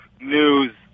news